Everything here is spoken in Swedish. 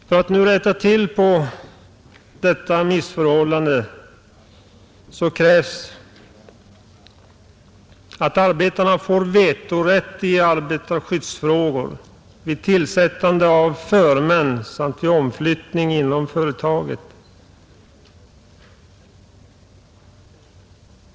För att kunna rätta till detta missförhållande krävs att arbetarna får vetorätt i arbetarskyddsfrågor, vid tillsättande av förmän samt vid omflyttning inom företaget.